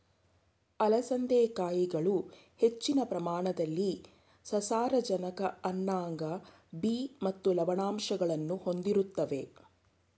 ಅಲಸಂದೆ ಕಾಯಿಗಳು ಹೆಚ್ಚಿನ ಪ್ರಮಾಣದಲ್ಲಿ ಸಸಾರಜನಕ ಅನ್ನಾಂಗ ಬಿ ಮತ್ತು ಲವಣಾಂಶಗಳನ್ನು ಹೊಂದಿರುತ್ವೆ